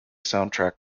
soundtrack